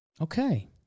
Okay